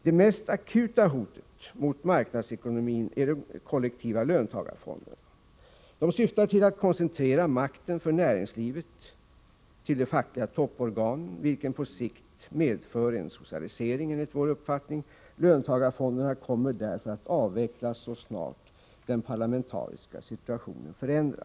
Det mest akuta hotet mot marknadsekonomin är de kollektiva löntagarfonderna. De syftar till att koncentrera makten över näringslivet till de fackliga topporganen, vilket på sikt medför en socialisering, enligt vår uppfattning. Löntagarfonderna kommer därför att avvecklas så snart den parlamentariska situationen förändras.